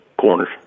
corners